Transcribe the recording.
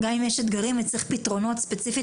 גם אם יש אתגרים וצריך פתרונות ספציפית